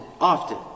often